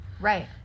Right